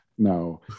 No